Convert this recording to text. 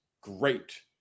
great